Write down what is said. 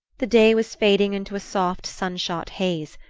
the day was fading into a soft sun-shot haze,